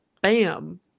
bam